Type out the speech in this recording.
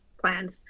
plans